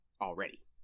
already